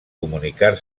comunicar